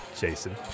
Jason